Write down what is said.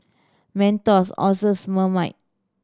Mentos Asus Marmite